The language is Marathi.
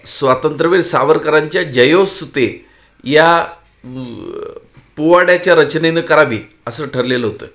स्वातंत्रवीर सावरकरांच्या जयोस्तुते या पोवाड्याच्या रचनेनं करावी असं ठरलेलं होतं